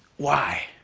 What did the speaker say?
why?